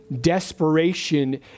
desperation